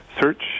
search